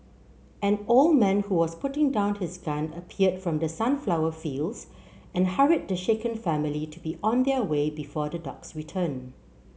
an old man who was putting down his gun appeared from the sunflower fields and hurried the shaken family to be on their way before the dogs return